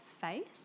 face